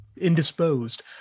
indisposed